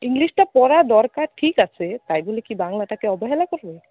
ইংলিশটা পড়া দরকার ঠিক আছে তাই বলে কি বাংলাটাকে অবহেলা করবে